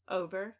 over